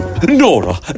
Nora